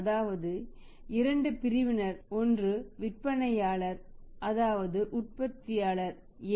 அதாவது இரண்டு பிரிவினர் ஒன்று விற்பனையாளர் அதாவது உற்பத்தியாளர் A